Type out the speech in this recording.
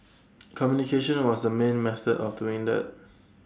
communication was the main method of doing that